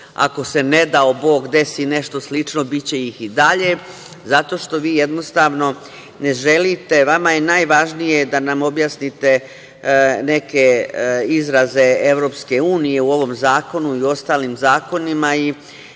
ako se, ne dao Bog, desi nešto slično, biće ih i dalje, zato što vi, jednostavno ne želite. Vama je najvažnije da nam objasnite neke izraze EU u ovom zakonu i u ostalim zakonima i